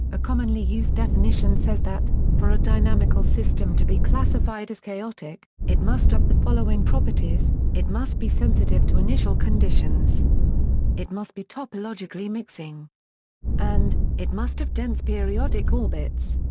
a commonly used definition says that, for a dynamical system to be classified as chaotic, it must have the following properties it must be sensitive to initial conditions it must be topologically mixing and it must have dense periodic orbits.